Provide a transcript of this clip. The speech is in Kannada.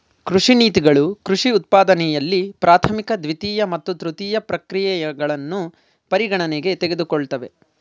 ಕೃಷಿ ನೀತಿಗಳು ಕೃಷಿ ಉತ್ಪಾದನೆಯಲ್ಲಿ ಪ್ರಾಥಮಿಕ ದ್ವಿತೀಯ ಮತ್ತು ತೃತೀಯ ಪ್ರಕ್ರಿಯೆಗಳನ್ನು ಪರಿಗಣನೆಗೆ ತೆಗೆದುಕೊಳ್ತವೆ